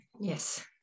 Yes